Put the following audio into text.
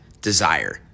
desire